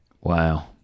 Wow